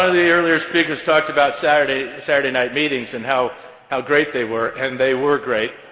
ah the earlier speakers talked about saturday, saturday night meetings and how how great they were and they were great,